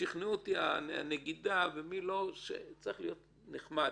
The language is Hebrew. ושכנעה אותי הנגידה ומי לא שצריך להיות נחמד,